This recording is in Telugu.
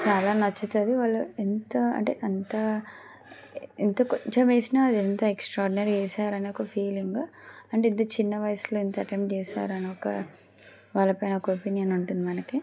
చాలా నచ్చుతుంది వాళ్ళు ఎంత అంటే అంత ఎంత కొంచెం వేసినా అది ఎంత ఎక్స్ట్రా ఆర్డినరీ చేశారని ఒక ఫీలింగ్ అంటే ఇంత చిన్న వయసులో ఎంత అటెంప్ట్ చేశారని ఒక వాళ్ళపైన ఒక ఒపీనియన్ ఉంటుంది మనకి